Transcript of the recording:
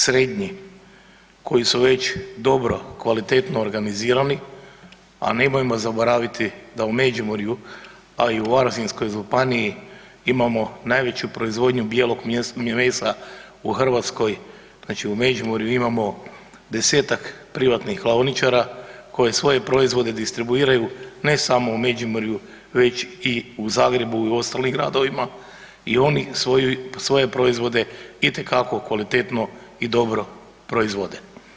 Srednji koji su već dobro kvalitetno organizirani, a nemojmo zaboraviti da u Međimurju, a i u Varaždinskoj županiji imamo najveću proizvodnju bijelog mesa u Hrvatskoj, znači u Međimurju imamo 10-tak privatnih klaoničara koji svoje proizvode distribuiraju ne samo u Međimurju već i u Zagrebu i u ostalim gradovima i oni svoje proizvode itekako kvalitetno i dobro proizvode.